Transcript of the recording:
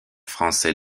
français